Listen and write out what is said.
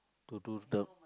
to do the